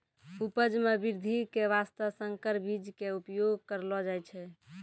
उपज मॅ वृद्धि के वास्तॅ संकर बीज के उपयोग करलो जाय छै